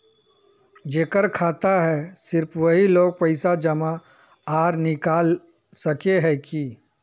जेकर खाता है सिर्फ वही लोग पैसा जमा आर निकाल सके है की?